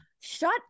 shut